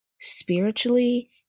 spiritually